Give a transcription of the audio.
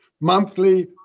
Monthly